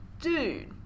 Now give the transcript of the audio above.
dude